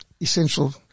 essential